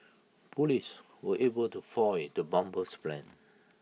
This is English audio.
Police were able to foil the bomber's plans